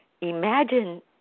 Imagine